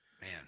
Man